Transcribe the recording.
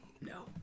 No